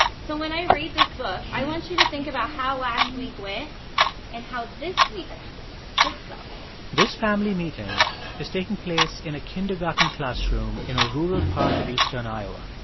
so when i read this book, i want you to think about how last week went and how this week could go this family meeting is taking place in a kindergarten classroom in a rural part of eastern iowa.